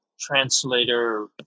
translator